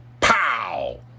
pow